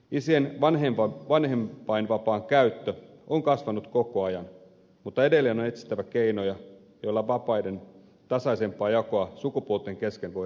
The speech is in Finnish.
isien vanhempainvapaan käyttö on kasvanut koko ajan mutta edelleen on etsittävä keinoja joilla vapaiden tasaisempaa jakoa sukupuolten kesken voidaan tukea